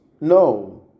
No